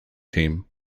team